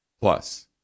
Plus